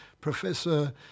Professor